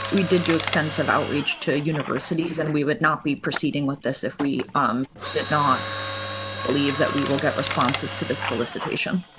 we did do extensive outreach to universities and we would not be proceeding with this. if we um did not believe that we will get responses to the solicitation.